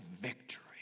victory